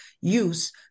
use